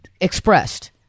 expressed